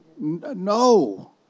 No